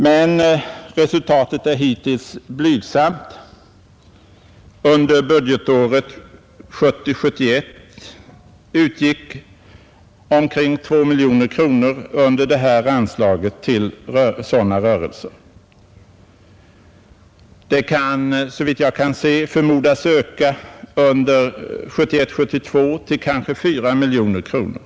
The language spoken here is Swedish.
Men resultatet är hittills blygsamt — under budgetåret 1970 72 till kanske 4 miljoner kronor.